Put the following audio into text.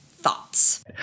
thoughts